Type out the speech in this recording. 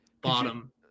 Bottom